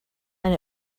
and